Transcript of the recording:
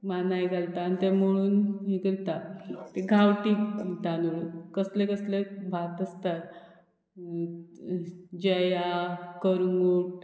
मानाय घालता आनी तें मोळून हे करता गांवटी तांदूळ कसले कसले भात आसता जया करंगूट